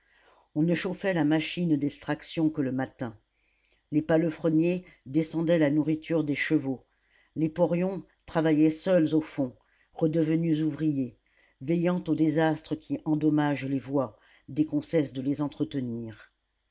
on ne chauffait la machine d'extraction que le matin les palefreniers descendaient la nourriture des chevaux les porions travaillaient seuls au fond redevenus ouvriers veillant aux désastres qui endommagent les voies dès qu'on cesse de les entretenir